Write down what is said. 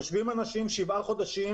יושבים אנשים כבר שבעה חודשים,